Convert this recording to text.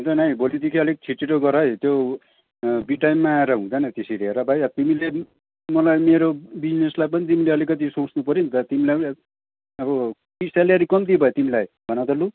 हुँदैन है भोलिदिखि अलिक छिट्छिटो गर है त्यो बिटाइममा आएर हुँदैन त्यसरी हेर भाइ अब तिमीले पनि मलाई मेरो बिजिनेसलाई पनि तिमीले अलिकति सोच्नु पऱ्यो नि त तिमीलाई पनि अब कि सेलेरी कम्ती भयो तिमीलाई भन त लु